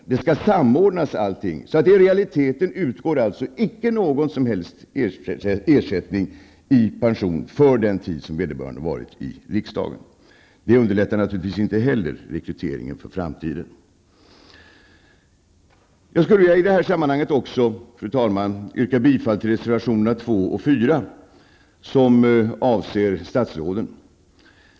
Allting skall samordnas, och i realiteten utgår inte någon som helst ersättning i pension för den tid som vederbörande har suttit i riksdagen. Detta underlättar naturligtvis inte heller rekryteringen inför framtiden. Fru talman! Jag vill i detta sammanhang också yrka bifall till reservationerna 2 och 4, vilka avser statsråden.